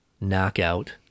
knockout